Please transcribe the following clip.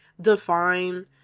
define